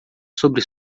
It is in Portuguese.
sobre